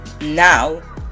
now